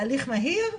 בהליך מהיר,